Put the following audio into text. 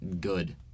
good